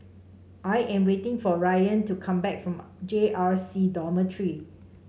I am waiting for Ryann to come back from J R C Dormitory